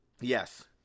Yes